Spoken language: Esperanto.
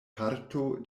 parto